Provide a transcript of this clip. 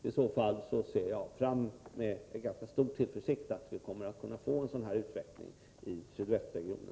Det gör att jag med ganska stor tillförsikt ser fram mot att vi så småningom får en sådan här utveckling i sydvästregionen.